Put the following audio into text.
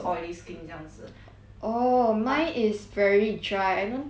oh mine is very dry I don't think I have oily problem